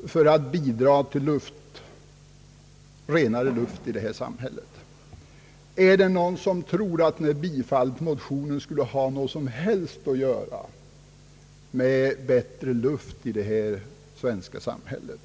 har, för att de skulle bidra till renare luft här i samhället. Är det någon som tror att ett bifall till motionen skulle ha något som helst att göra med bättre luft i det svenska samhället?